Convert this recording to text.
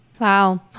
Wow